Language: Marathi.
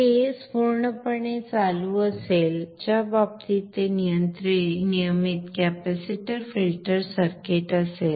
हे पूर्णपणे चालू असेल ज्या बाबतीत ते नियमित कॅपेसिटर फिल्टर सर्किट असेल